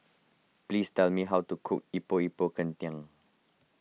please tell me how to cook Epok Epok Kentang